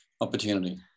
opportunity